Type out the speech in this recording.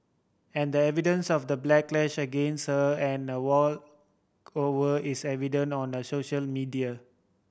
and the evidence of the backlash against her and the walk over is evident on the social media